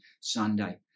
Sunday